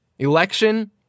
election